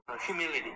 humility